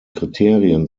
kriterien